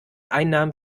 einnahmen